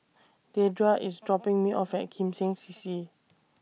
Dedra IS dropping Me off At Kim Seng C C